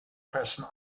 person